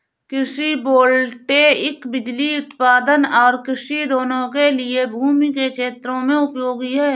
कृषि वोल्टेइक बिजली उत्पादन और कृषि दोनों के लिए भूमि के क्षेत्रों में उपयोगी है